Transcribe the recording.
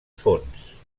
fons